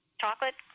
Chocolate